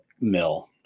mill